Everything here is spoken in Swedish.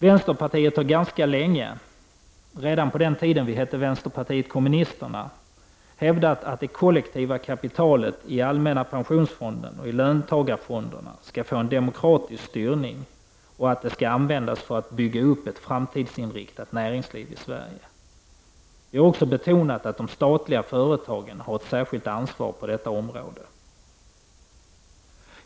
Vänsterpartiet har ganska länge — redan på den tiden vi hette vänsterpartiet kommunisterna — hävdat att det kollektiva kapitalet i allmänna pensionsfonden och i löntagarfonderna skall få en demokratisk styrning och att det skall användas för att bygga upp ett framtidsinriktat näringsliv i Sverige. Vi har också betonat att de statliga företagen har ett särskilt ansvar på detta område.